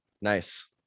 nice